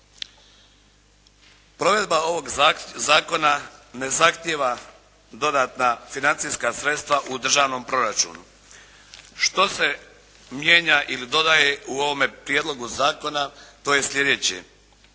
Provedba ovog zakona ne zahtjeva dodatna financijska sredstva u državnom proračunu. Što se mijenja ili dodaje u ovom prijedlogu zakona to je sljedeće.